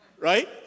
right